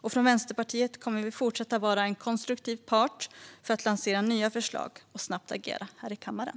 Vi i Vänsterpartiet kommer att fortsätta att vara en konstruktiv part för att lansera nya förslag och snabbt agera här i kammaren.